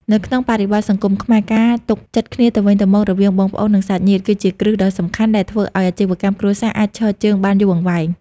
នៅក្នុងបរិបទសង្គមខ្មែរ ការទុកចិត្តគ្នាទៅវិញទៅមករវាងបងប្អូន និងសាច់ញាតិ គឺជាគ្រឹះដ៏សំខាន់ដែលធ្វើឱ្យអាជីវកម្មគ្រួសារអាចឈរជើងបានយូរអង្វែង។